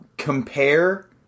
compare